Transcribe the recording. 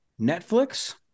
netflix